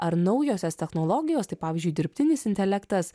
ar naujosios technologijos tai pavyzdžiui dirbtinis intelektas